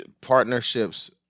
partnerships